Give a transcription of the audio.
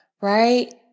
Right